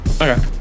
Okay